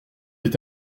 est